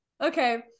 Okay